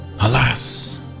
Alas